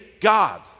God